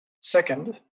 Second